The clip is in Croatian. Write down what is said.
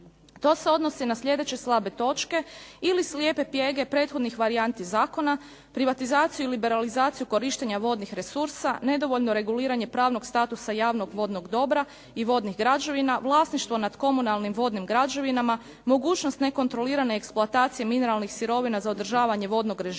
To se odnosi na sljedeće slabe točke ili slijepe pjege prethodnih varijanti zakona privatizaciju i liberalizaciju korištenja vodnih resursa, nedovoljno reguliranje pravnog statusa javnog vodnog dobra i vodnih građevina vlasništvo nad komunalnim vodnim građevinama, mogućnost nekontrolirane eksploatacije mineralnih sirovina za održavanje vodnih režima,